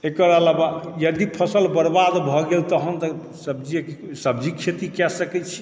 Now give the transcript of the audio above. एकर अलावा यदि फसल बरबाद भए गेल तहन तऽ सब्जिएकेँ सब्जीके खेती कए सकैत छी